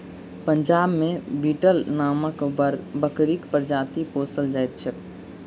पंजाब मे बीटल नामक बकरीक प्रजाति पोसल जाइत छैक